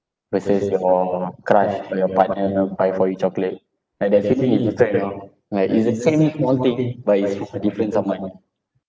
versus your crush or your partner buy for you chocolate like that feeling is different you know like it's the same small thing but it's from a different someone